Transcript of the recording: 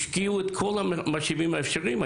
השקיעו את כל המשאבים האפשריים.